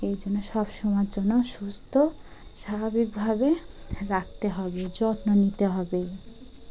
এই জন্য সব সময় জন্য সুস্থ স্বাভাবিকভাবে রাখতে হবে যত্ন নিতে হবে